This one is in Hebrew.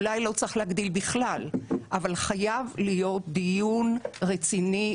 אולי לא צריך להגדיל בכלל אבל חייב להיות דיון רציני,